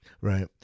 Right